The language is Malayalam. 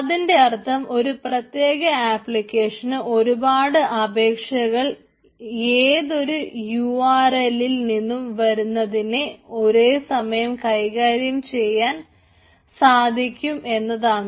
അതിൻറെ അർത്ഥം ഒരു പ്രത്യേക ആപ്ലിക്കേഷന് ഒരുപാട് അപേക്ഷകൾ ഏതൊരു യു ആർ എല്ലിൽ നിന്നും വരുന്നതിനെ ഒരേ സമയം കൈകാര്യം ചെയ്യാൻ സാധിക്കും എന്നാണ്